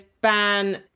ban